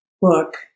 book